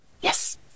Yes